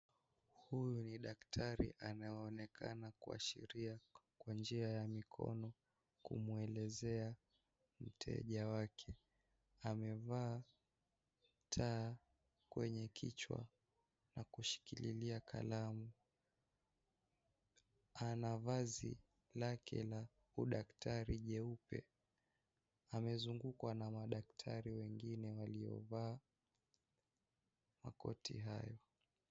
Huyu ni daktari anayeonekana kuashiria kwa njia mikono kumwelezea mteja wake. Amevaa taa kwenye kichwa na kushikilia kalamu, Ana vazi lake la uaktari jeupe amezungukwa na madaktari wengine waliovaa makoti hayo.